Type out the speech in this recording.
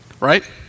right